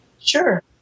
Sure